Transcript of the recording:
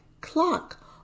clock